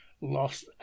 lost